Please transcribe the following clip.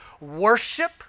Worship